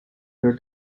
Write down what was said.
their